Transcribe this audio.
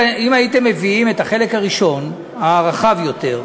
אם הייתם מביאים את החלק הראשון, הרחב יותר,